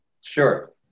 Sure